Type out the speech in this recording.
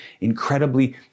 incredibly